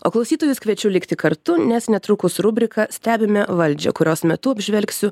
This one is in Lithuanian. o klausytojus kviečiu likti kartu nes netrukus rubrika stebime valdžią kurios metu apžvelgsiu